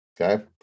Okay